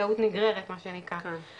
טעות נגררת מה שנקרא.